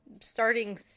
starting